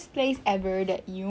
!wow!